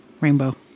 Rainbow